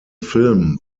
film